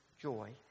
joy